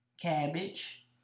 Cabbage